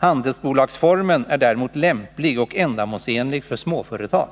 Handelsbolagsformen är däremot lämplig och ändamålsenlig för småföretag.